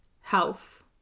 health